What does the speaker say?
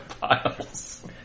piles